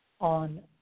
on